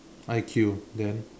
I_Q then